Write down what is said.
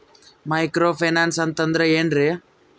Micro finance ಅಂತಂದ್ರ ಏನ್ರೀ?